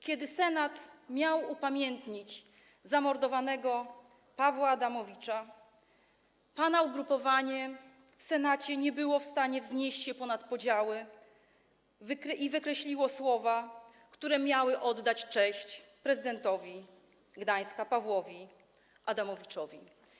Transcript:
Kiedy Senat miał upamiętnić zamordowanego Pawła Adamowicza, pana ugrupowanie w Senacie nie było w stanie wznieść się ponad podziały i wykreśliło słowa, które miały oddać cześć prezydentowi Gdańska Pawłowi Adamowiczowi.